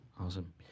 awesome